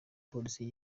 polisi